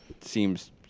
seems